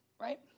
Right